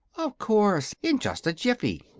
of course in just a jiffy.